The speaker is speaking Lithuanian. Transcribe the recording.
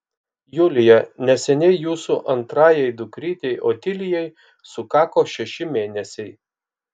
julija neseniai jūsų antrajai dukrytei otilijai sukako šeši mėnesiai